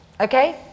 Okay